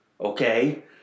okay